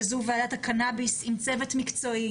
וזו ועדת הקנאביס עם צוות מקצועי,